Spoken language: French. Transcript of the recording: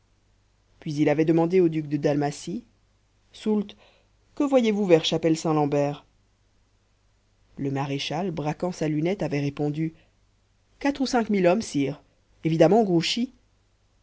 puis il avait demandé au duc de dalmatie soult que voyez-vous vers chapelle saint lambert le maréchal braquant sa lunette avait répondu quatre ou cinq mille hommes sire évidemment grouchy